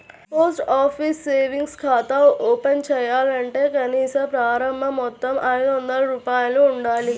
post office savings ఖాతా open చేయాలంటే కనీస ప్రారంభ మొత్తం ఐదొందల రూపాయలు ఉండాలి